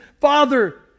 Father